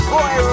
Boy